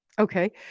Okay